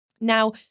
Now